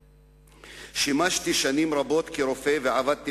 לכנסת שימשתי שנים רבות כרופא ועבדתי